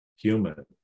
human